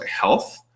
health